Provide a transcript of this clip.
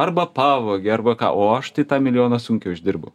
arba pavogė arba ką o štai tą milijoną sunkiai uždirbau